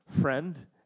friend